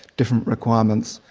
different requirements,